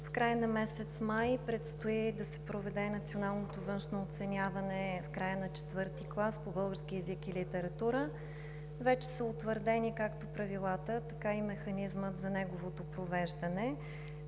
в края на месец май предстои да се проведе националното външно оценяване в края на ІV клас по български език и литература. Вече са утвърдени както правилата, така и механизмът за неговото провеждане.